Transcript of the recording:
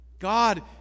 God